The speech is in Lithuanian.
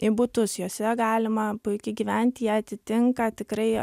į butus juose galima puikiai gyventi jie atitinka tikrai